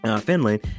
Finland